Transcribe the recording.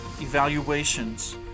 evaluations